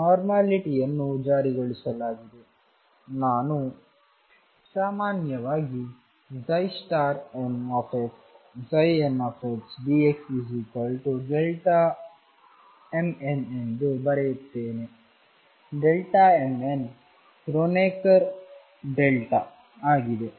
ಆದ್ದರಿಂದ ನೋರ್ಮಲಿಟಿಯನ್ನು ಜಾರಿಗೊಳಿಸಲಾಗಿದೆ ನಾನು ಸಾಮಾನ್ಯವಾಗಿ mxnxdxmnಎಂದು ಬರೆಯುತ್ತೇನೆ mn ಕ್ರೊನೆಕರ್ ಡೆಲ್ಟಾ ಆಗಿದೆ